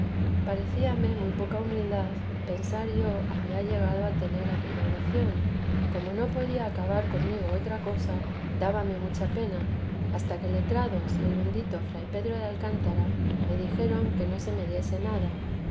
parecíame muy poca humildad pensar yo había llegado a tener aquella oración y como no podía acabar conmigo otra cosa dábame mucha pena hasta que letrados y el hendito fray pedro de alcántara me dijeron que no se me diese nada